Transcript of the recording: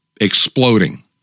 exploding